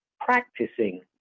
practicing